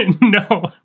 No